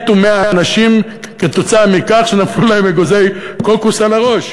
מתו 100 אנשים כתוצאה מכך שנפלו להם אגוזי קוקוס על הראש.